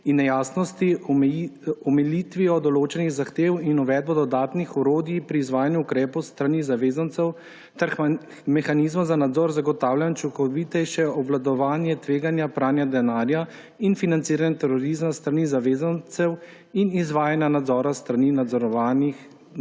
in nejasnosti omilitvijo določenih zahtev in uvedbo dodatnih orodij pri izvajanju ukrepov s strani zavezancev ter mehanizma za nadzor zagotavlja učinkovitejše obvladovanje tveganja pranja denarja in financiranja terorizma s strani zavezancev in izvajanja nadzora s strani nadzorovanih organov.